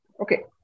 Okay